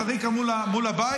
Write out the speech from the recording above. חארקה מול הבית.